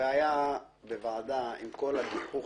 והתשובה שניתנה היתה שגם נהג משאית